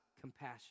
compassion